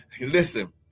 listen